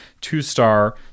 two-star